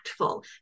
impactful